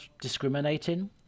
discriminating